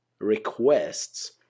requests